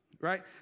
right